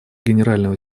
генерального